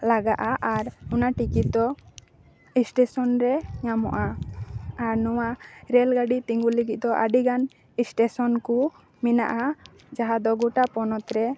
ᱞᱟᱦᱜᱟᱜᱼᱟ ᱟᱨ ᱚᱱᱟ ᱴᱤᱠᱤᱴ ᱫᱚ ᱥᱴᱮᱥᱚᱱ ᱨᱮ ᱧᱟᱢᱚᱜᱼᱟ ᱟᱨ ᱱᱚᱣᱟ ᱨᱮᱞ ᱜᱟᱹᱰᱤ ᱛᱤᱸᱜᱩ ᱞᱟᱹᱜᱤᱫ ᱫᱚ ᱟᱹᱰᱤᱜᱟᱱ ᱥᱴᱮᱥᱚᱱ ᱠᱚ ᱢᱮᱱᱟᱜᱼᱟ ᱡᱟᱦᱟᱸ ᱫᱚ ᱜᱚᱴᱟ ᱯᱚᱱᱚ ᱨᱮ